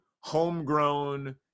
homegrown